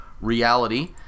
reality